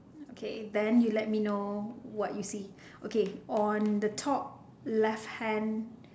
okay then you let me know what you see okay on the top left hand